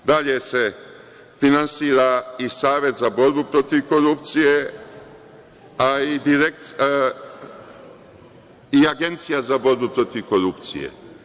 Dalje se finansira i Savet za borbu protiv korupcije, a i Agencija za borbu protiv korupcije.